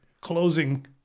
closing